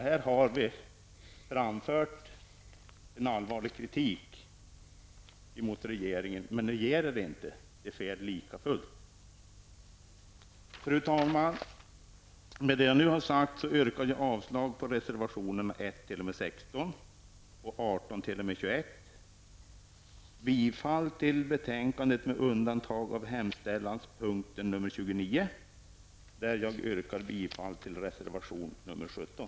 Här har vi framfört en allvarlig kritik emot regeringen. Men ni ger er inte, det är fel lika fullt. Fru talman! Med det jag nu har sagt yrkar jag avslag på reservationerna nr 1--16 och nr 18--21 samt i övrigt bifall till hemställan i utskottsbetänkandet med undantag av hemställans punkt nr 29 där jag i stället yrkar bifall till reservation nr 17.